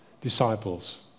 disciples